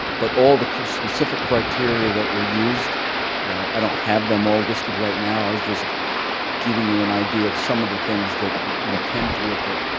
but all the specific criteria that were used i don't have them all listed right now. i was just giving you an idea of some of the things that we tend to look at,